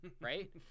Right